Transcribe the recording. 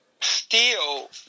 steel